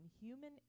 human